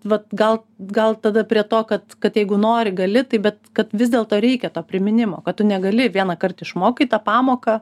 vat gal gal tada prie to kad kad jeigu nori gali tai bet kad vis dėlto reikia to priminimo kad tu negali vienąkart išmokai tą pamoką